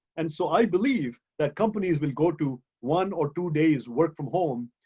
and so i believe that companies will go to one or two days work from home,